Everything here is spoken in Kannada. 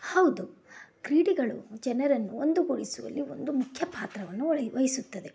ಹೌದು ಕ್ರೀಡೆಗಳು ಜನರನ್ನು ಒಂದುಗೂಡಿಸುವಲ್ಲಿ ಒಂದು ಮುಖ್ಯಪಾತ್ರವನ್ನು ವಹಿಸುತ್ತದೆ